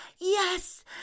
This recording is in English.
Yes